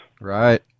Right